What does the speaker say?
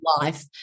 life